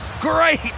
Great